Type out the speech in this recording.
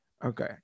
Okay